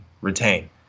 retain